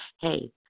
Hey